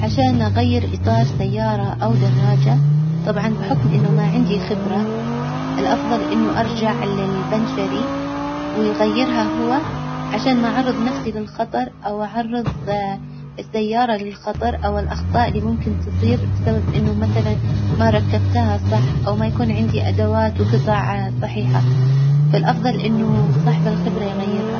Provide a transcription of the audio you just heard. عشان أغير إطار سيارة أو دراجة، طبعا بحكم إنه ما عندي خبرة الأفظل إنه أرجع للبنشري ويغيرها هو، عشان ما أعرظ نفسي للخطر أو أعرظ السيارة للخطر أو الأخطاء اللي ممكن تصير بسبب إنه مثلا ما ركبتها صح أو ما يكون عندي أدوات وجطع صحيحة، فالأفظل إنه صاحب الخبرة يغيرها.